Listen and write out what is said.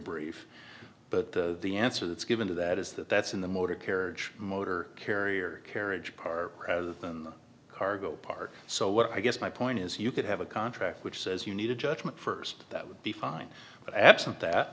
brief but the answer that's given to that is that that's in the motor carriage motor carrier carriage park rather than the cargo part so what i guess my point is you could have a contract which says you need a judgment first that would be fine but absent that